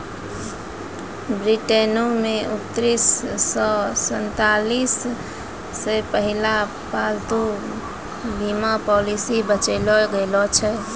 ब्रिटेनो मे उन्नीस सौ सैंतालिस मे पहिला पालतू बीमा पॉलिसी बेचलो गैलो छलै